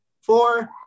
Four